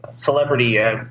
celebrity